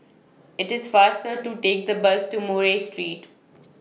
IT IS faster to Take The Bus to Murray Street